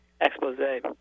expose